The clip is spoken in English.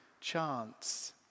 chance